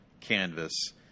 canvas